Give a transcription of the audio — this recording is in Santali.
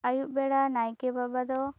ᱟᱹᱭᱩᱵ ᱵᱮᱲᱟ ᱱᱟᱭᱠᱮ ᱵᱟᱵᱟ ᱫᱚ